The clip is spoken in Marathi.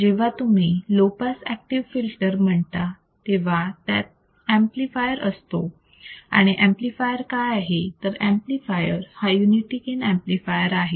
जेव्हा तुम्ही लो पास ऍक्टिव्ह फिल्टर म्हणता तेव्हा त्यात ऍम्प्लिफायर असतो आणि ऍम्प्लिफायर काय आहे तर ऍम्प्लिफायर हा युनिटी गेन ऍम्प्लिफायर आहे